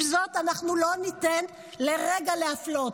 עם זאת, אנחנו לא ניתן לרגע להפלות.